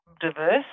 diverse